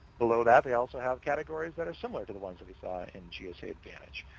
below that, they also have categories that are similar to the ones that we saw in gsa advantage.